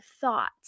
thoughts